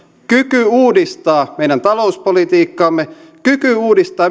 kyky uudistaa meidän talouspolitiikkaamme kyky uudistaa